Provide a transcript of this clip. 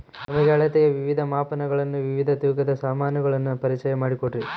ನಮಗೆ ಅಳತೆಯ ವಿವಿಧ ಮಾಪನಗಳನ್ನು ವಿವಿಧ ತೂಕದ ಸಾಮಾನುಗಳನ್ನು ಪರಿಚಯ ಮಾಡಿಕೊಡ್ರಿ?